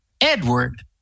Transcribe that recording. Edward